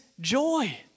joy